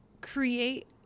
create